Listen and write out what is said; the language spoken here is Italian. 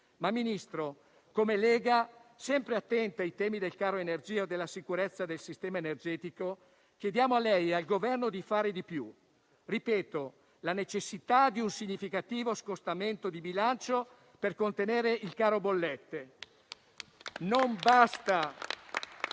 rinnovabili. Come Lega - sempre attenta ai temi del caro energia o della sicurezza del sistema energetico - chiediamo a lei e al Governo di fare di più: ribadisco la necessità di un significativo scostamento di bilancio per contenere il caro bollette. Non basta